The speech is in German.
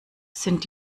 sind